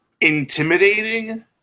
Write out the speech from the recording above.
Intimidating